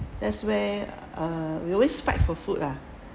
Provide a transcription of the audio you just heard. that's where uh we always fight for food ah